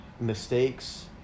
mistakes